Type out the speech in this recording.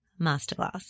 masterclass